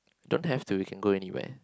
don't have to we can go anywhere